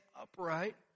upright